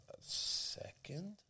second